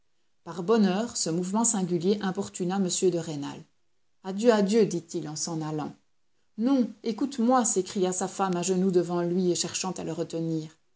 par bonheur ce mouvement singulier importuna m de rênal adieu adieu dit-il en s'en allant non écoute-moi s'écria sa femme à genoux devant lui et cherchant à le retenir